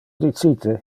dicite